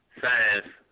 science